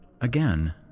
Again